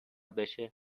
بشه